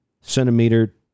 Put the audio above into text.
centimeter